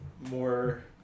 more